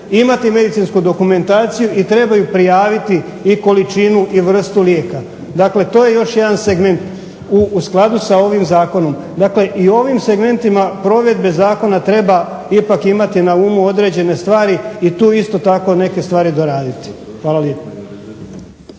imati medicinsku dokumentaciju i trebaju prijaviti i količinu i vrstu lijeka. Dakle to je još jedan segment u skladu sa ovim zakonom. Dakle i u ovim segmentima provedbe zakona treba ipak imati na umu određene stvari i tu isto neke stvari doraditi. Hvala lijepo.